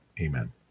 Amen